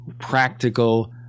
practical